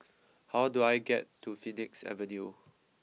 how do I get to Phoenix Avenue